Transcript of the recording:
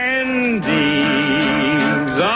endings